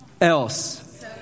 else